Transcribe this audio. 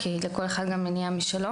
כי לכל אחד יש גם מניע משלו.